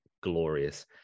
glorious